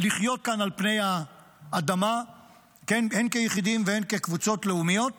לחיות כאן על פני האדמה הן כיחידים והן כקבוצות לאומיות